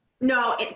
No